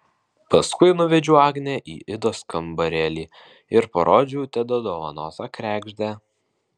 paskui nuvedžiau agnę į idos kambarėlį ir parodžiau tedo dovanotą kregždę